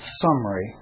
summary